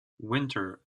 winter